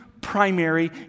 primary